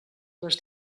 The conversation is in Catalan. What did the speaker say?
les